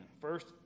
First